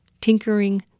tinkering